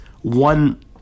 one